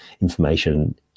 information